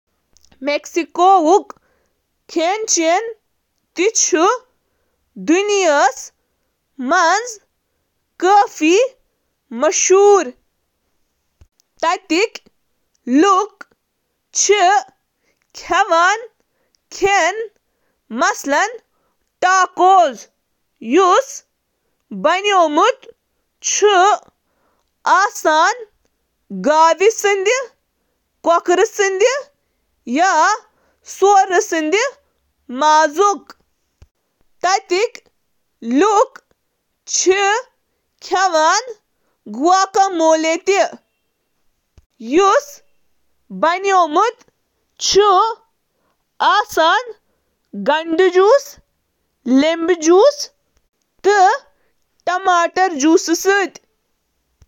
Mexico کٮ۪ن ضِیافتن منٛز چھِ ترٛےٚ اَہَم مکایہِ، سیٖم تہٕ مرژٕن ,گرم مرٕژ, ہٕنٛدۍ سِن، یِم سٲری ہسپانوی یِنہٕ برٛونٛہہ موٗجوٗد چھِ۔